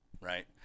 right